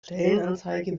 stellenanzeige